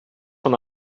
van